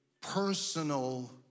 personal